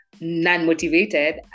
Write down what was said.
non-motivated